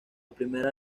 primera